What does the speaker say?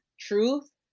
truth